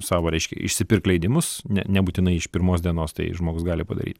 savo reiškia išsipirkt leidimus nebūtinai iš pirmos dienos tai žmogus gali padaryt